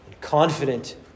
confident